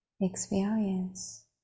experience